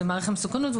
זה מעריך מסוכנות,